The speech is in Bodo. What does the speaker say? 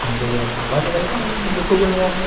मोनबोयो आरो लाबोलायबाय आरो बेखौबो न'आव